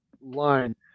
line